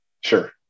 Sure